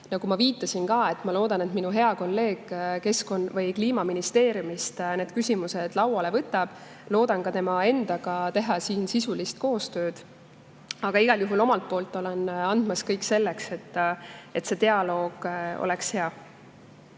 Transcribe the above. Nagu ma juba viitasin, ma loodan, et minu hea kolleeg Kliimaministeeriumist need küsimused lauale võtab. Loodan ka tema endaga teha sisulist koostööd. Aga igal juhul ma omalt poolt annan kõik selleks, et see dialoog oleks hea